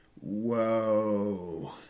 whoa